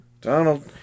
Donald